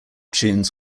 tunes